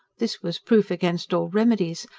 this was proof against all remedies,